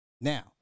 Now